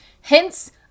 Hence